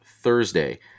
Thursday